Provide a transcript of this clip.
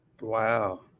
Wow